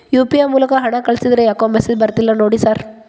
UPI ಮೂಲಕ ಹಣ ಕಳಿಸಿದ್ರ ಯಾಕೋ ಮೆಸೇಜ್ ಬರ್ತಿಲ್ಲ ನೋಡಿ ಸರ್?